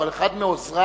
אבל אחד מעוזריו